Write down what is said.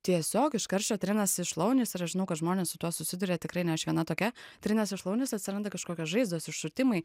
tiesiog iš karščio trinasi šlaunys ir aš žinau kad žmonės su tuo susiduria tikrai ne aš viena tokia trinasi šlaunys atsiranda kažkokios žaizdos iššutimai